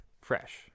Fresh